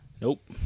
Nope